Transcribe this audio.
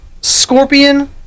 scorpion